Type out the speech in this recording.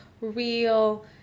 real